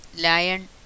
lion